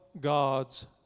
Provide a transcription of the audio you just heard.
God's